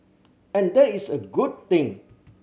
and that is a good thing